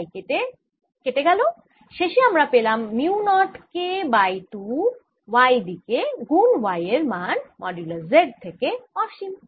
এই y গেল কেটে শেষে আমরা পেলাম mu not K by 2 y দিকে গুন y এর মান মডিউলাস Z থেকে অসীম